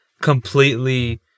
completely